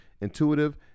intuitive